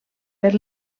per